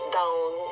down